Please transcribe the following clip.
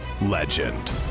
legend